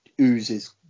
oozes